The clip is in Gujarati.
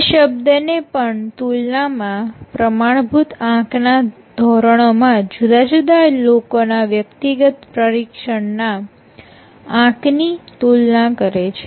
જે શબ્દને પણ તુલનામાં પ્રમાણભૂત આંકના ધોરણોમાં જુદા જુદા લોકોના વ્યક્તિગત પરિક્ષણના આંક ની તુલના કરે છે